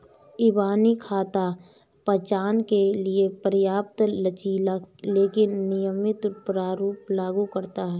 इबानी खाता पहचान के लिए पर्याप्त लचीला लेकिन नियमित प्रारूप लागू करता है